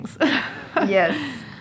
Yes